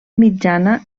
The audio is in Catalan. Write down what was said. mitjana